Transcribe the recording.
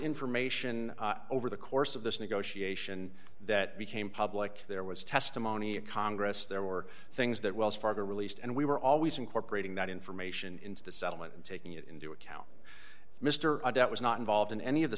information over the course of this negotiation that became public there was testimony of congress there were things that wells fargo released and we were always incorporating that information into the settlement and taking it into account mr debt was not involved in any of the